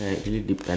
ya